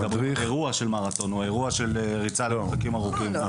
אם מדברים על אירוע של מרתון או אירוע של ריצה למרחקים ארוכים אז...